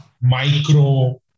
micro